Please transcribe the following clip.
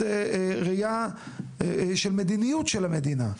בחסות ראייה של המדיניות של המדינה.